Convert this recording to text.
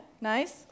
Nice